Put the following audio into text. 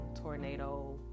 tornado